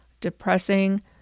depressing